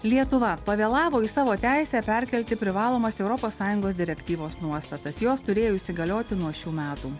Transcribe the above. lietuva pavėlavo į savo teisę perkelti privalomas europos sąjungos direktyvos nuostatas jos turėjo įsigalioti nuo šių metų